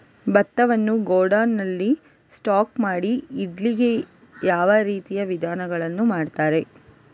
ಭತ್ತವನ್ನು ಗೋಡೌನ್ ನಲ್ಲಿ ಸ್ಟಾಕ್ ಮಾಡಿ ಇಡ್ಲಿಕ್ಕೆ ಯಾವ ರೀತಿಯ ವಿಧಾನಗಳನ್ನು ಮಾಡ್ತಾರೆ?